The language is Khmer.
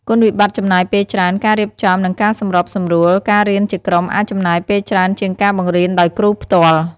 គុណវិបត្តិចំណាយពេលច្រើន ការរៀបចំ និងការសម្របសម្រួលការរៀនជាក្រុមអាចចំណាយពេលច្រើនជាងការបង្រៀនដោយគ្រូផ្ទាល់។